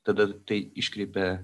tada tai iškreipia